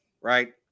right